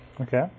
Okay